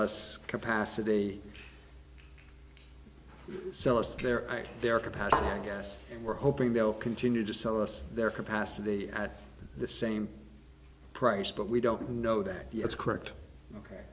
us capacity sell us their their capacity and we're hoping they'll continue to sell us their capacity at the same price but we don't know that that's correct ok